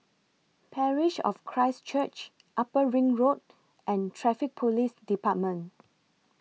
Parish of Christ Church Upper Ring Road and Traffic Police department